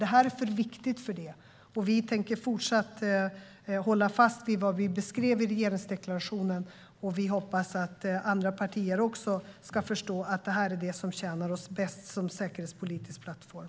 Detta är för viktigt för det. Vi tänker fortsatt hålla fast vid vad vi beskrev i regeringsdeklarationen. Vi hoppas att också andra partier ska förstå att det är vad som tjänar oss bäst som säkerhetspolitisk plattform.